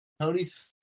Tony's